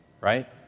right